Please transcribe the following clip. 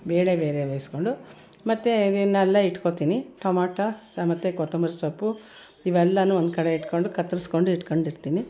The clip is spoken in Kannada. ಬೇಳೆ ಬೇರೆ ಬೇಯಿಸ್ಕೊಂಡು ಮತ್ತು ಇನ್ನೆಲ್ಲ ಇಟ್ಕೊಳ್ತೀನಿ ಟೊಮಾಟೊ ಸಹ ಮತ್ತು ಕೊತ್ತಂಬರಿ ಸೊಪ್ಪು ಇವೆಲ್ಲವೂ ಒಂದು ಕಡೆ ಇಟ್ಕೊಂಡು ಕತ್ತರಿಸ್ಕೊಂಡು ಇಟ್ಕೊಂಡಿರ್ತೀನಿ